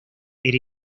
era